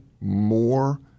more